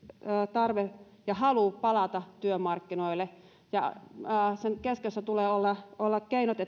tarve ja halu palata työmarkkinoille ja sen keskiössä tulee olla olla keinot